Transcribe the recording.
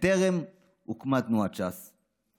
בטרם הוקמה תנועת ש"ס.